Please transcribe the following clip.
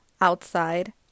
outside